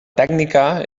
tècnica